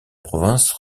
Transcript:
province